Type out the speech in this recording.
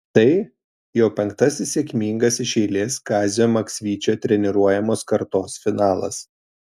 tai jau penktasis sėkmingas iš eilės kazio maksvyčio treniruojamos kartos finalas